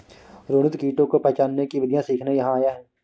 रोनित कीटों को पहचानने की विधियाँ सीखने यहाँ आया है